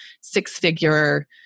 six-figure